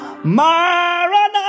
Maranatha